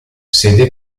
sede